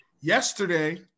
yesterday